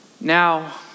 Now